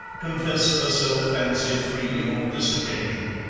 confessed herself fancy free on this occasion.